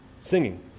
singing